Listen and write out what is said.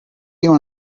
you